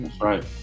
Right